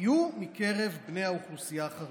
יהיו מקרב בני האוכלוסייה החרדית.